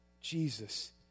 Jesus